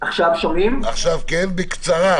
של עו"ד גאון?